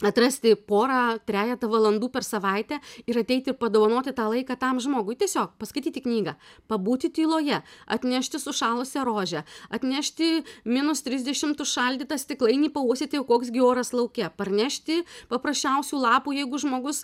atrasti porą trejetą valandų per savaitę ir ateiti padovanoti tą laiką tam žmogui tiesiog paskaityti knygą pabūti tyloje atnešti sušalusią rožę atnešti minus trisdešimt užšaldytą stiklainį pauostyti koks gi oras lauke parnešti paprasčiausių lapų jeigu žmogus